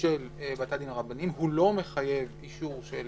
של בתי הדין הרבניים, הוא לא מחייב אישור של